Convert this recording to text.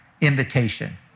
invitation